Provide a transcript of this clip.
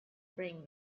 bring